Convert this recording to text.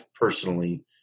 personally